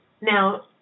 Now